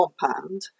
compound